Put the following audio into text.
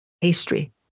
pastry